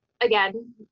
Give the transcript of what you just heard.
again